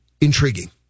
intriguing